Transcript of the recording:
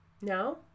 now